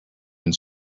and